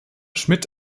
schmidt